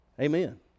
Amen